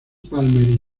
palmer